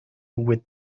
with